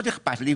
מאוד אכפת לי,